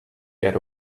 get